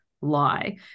Lie